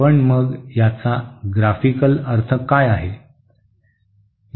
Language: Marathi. पण मग याचा ग्राफिकल अर्थ काय आहे